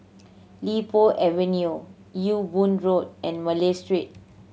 Li Po Avenue Ewe Boon Road and Malay Street